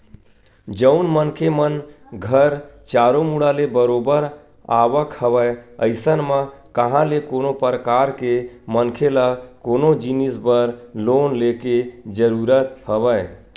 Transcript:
जउन मनखे मन घर चारो मुड़ा ले बरोबर आवक हवय अइसन म कहाँ ले कोनो परकार के मनखे ल कोनो जिनिस बर लोन लेके जरुरत हवय